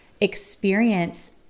experience